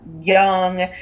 young